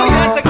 Yes